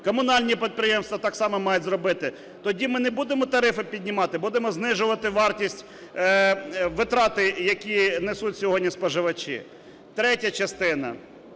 Комунальні підприємства так само мають зробити. Тоді ми не будемо тарифи піднімати, будемо знижувати вартість витрат, які несуть сьогодні споживачі. Третя частина.